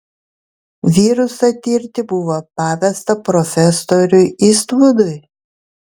virusą tirti buvo pavesta profesoriui istvudui